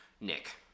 Nick